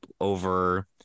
over